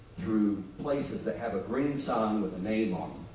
through places that have a green sign with a name on